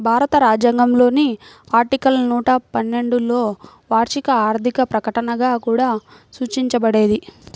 భారత రాజ్యాంగంలోని ఆర్టికల్ నూట పన్నెండులోవార్షిక ఆర్థిక ప్రకటనగా కూడా సూచించబడేది